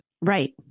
Right